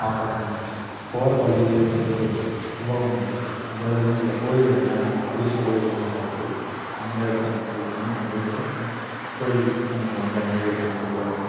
அப்புறம் போகிற வழியிலேயே வந்து கும்பகோணம் இருக்குது அந்த இடத்துலையும் சில கோயில்கள்லாம் எனக்கு பிடிச்ச கோயில்லாம் இருக்குது அந்த இடத்த நான் செலக்ட் பண்ணி ஃபேமிலிக்கூட சும்மா கோயில் சம்மந்தமாக அந்தமாரி ஊருக்கெல்லாம் போய்ட்டு வருவேன்